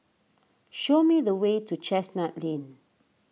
show me the way to Chestnut Lane